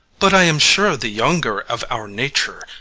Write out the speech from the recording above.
but i am sure the younger of our nature,